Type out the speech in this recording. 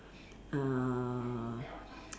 uh